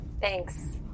Thanks